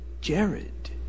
Jared